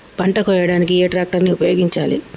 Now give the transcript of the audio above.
పంట కోయడానికి ఏ ట్రాక్టర్ ని ఉపయోగించాలి?